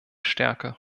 stärke